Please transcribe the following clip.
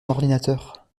ordinateur